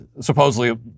supposedly